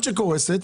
שקורסת.